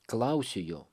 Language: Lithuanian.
klausiu jo